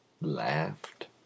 Laughed